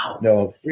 No